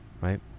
right